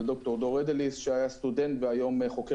וד"ר דרור אדליס שהיה סטודנט והיום חוקר